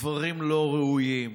דברים לא ראויים,